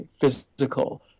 physical